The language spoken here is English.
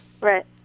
Right